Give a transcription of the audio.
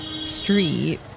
street